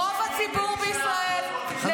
רוב הציבור בישראל --- 79% רוצים ועדת חקירה ממלכתית.